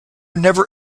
never